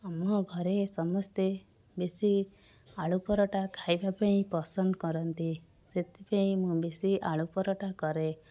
ଆମ ଘରେ ସମସ୍ତେ ବେଶି ଆଳୁ ପରଟା ଖାଇବା ପାଇଁ ପସନ୍ଦ କରନ୍ତି ସେଥିପାଇଁ ମୁଁ ବେଶୀ ଆଳୁ ପରଟା କରେ